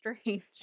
Strange